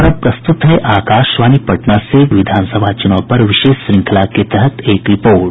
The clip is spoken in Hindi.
और अब प्रस्तुत है आकाशवाणी पटना से विधान सभा चुनाव पर विशेष श्रंखला के तहत एक रिपोर्ट